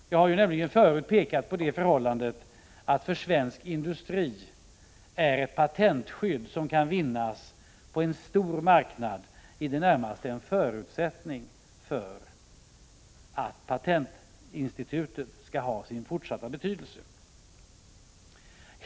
Jag har förut pekat på det förhållandet att för svensk industri är ett patentskydd som kan vinnas på en stor marknad i det närmaste en förutsättning för att patentinstitutet skall ha fortsatt betydelse.